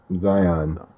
Zion